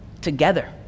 together